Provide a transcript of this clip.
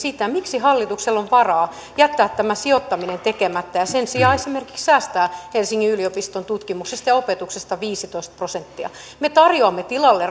miksi hallituksella on varaa jättää tämä sijoittaminen tekemättä ja sen sijaan esimerkiksi säästää helsingin yliopiston tutkimuksesta ja opetuksesta viisitoista prosenttia me tarjoamme tilalle